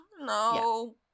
No